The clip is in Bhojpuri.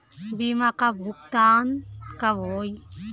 बीमा का भुगतान कब होइ?